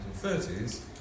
1930s